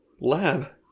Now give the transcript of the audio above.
lab